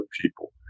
people